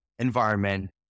environment